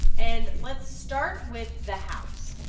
and let's start with the house.